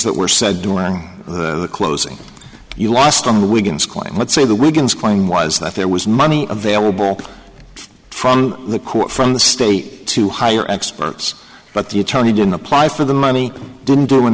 that were said during the closing you lost on the weekends claim let's say the wiggins claim was that there was money available from the court from the state to hire experts but the attorney didn't apply for the money didn't do an